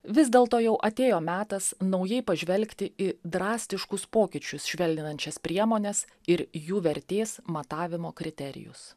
vis dėlto jau atėjo metas naujai pažvelgti į drastiškus pokyčius švelninančias priemones ir jų vertės matavimo kriterijus